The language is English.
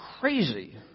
crazy